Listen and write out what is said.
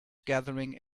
gathering